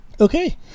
Okay